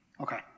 Okay